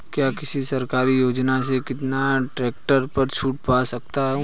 क्या किसी सरकारी योजना से किसान ट्रैक्टर पर छूट पा सकता है?